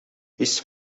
his